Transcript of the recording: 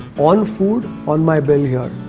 on food on my bill here.